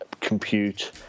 compute